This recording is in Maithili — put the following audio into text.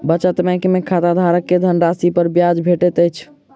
बचत बैंक में खाताधारक के धनराशि पर ब्याज भेटैत अछि